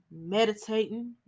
meditating